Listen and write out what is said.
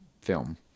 film